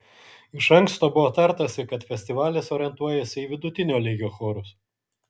iš anksto buvo tartasi kad festivalis orientuojasi į vidutinio lygio chorus